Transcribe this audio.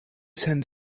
send